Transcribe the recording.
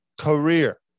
career